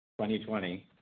2020